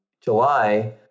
July